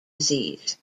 disease